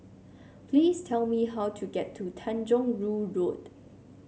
please tell me how to get to Tanjong Rhu Road